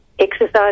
exercise